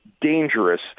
dangerous